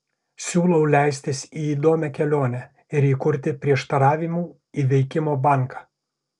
siūlau leistis į įdomią kelionę ir įkurti prieštaravimų įveikimo banką